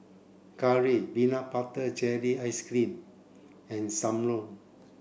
curry peanut butter jelly ice cream and Sam Lau